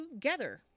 together